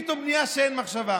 פתאום בנייה שאין מחשבה.